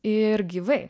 ir gyvai